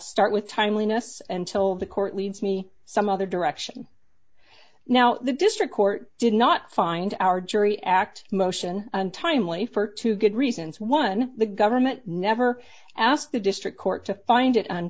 start with timeliness and till the court leaves me some other direction now the district court did not find our jury act motion untimely for two good reasons one the government never asked the district court to find it on